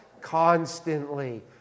constantly